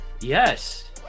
yes